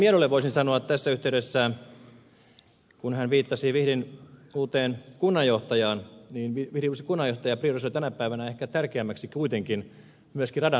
miedolle voisin sanoa tässä yhteydessä kun hän viittasi vihdin uuteen kunnanjohtajaan että vihdin uusi kunnanjohtaja priorisoi tänä päivänä ehkä tärkeämmäksi kuitenkin myöskin radan rakentamisen